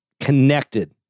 connected